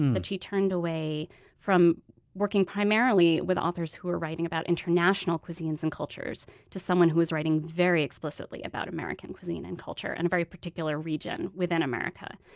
but she turned away from working primarily with authors who were writing about international cuisines and cultures to someone who was writing very explicitly about american cuisine and culture, and a very particular region within america.